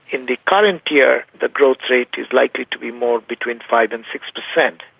in the current year the growth rate is likely to be more between five and six per cent.